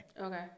Okay